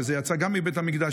שזה יצא גם מבית המקדש,